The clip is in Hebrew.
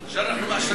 לשנות את מה,